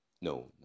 no